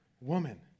Woman